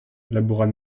labourat